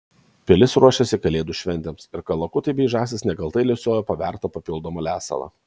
pilis ruošėsi kalėdų šventėms ir kalakutai bei žąsys nekaltai lesiojo pabertą papildomą lesalą